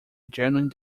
genuine